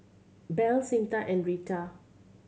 Bell Cyntha and Rita